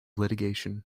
litigation